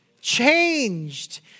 changed